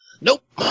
Nope